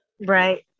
right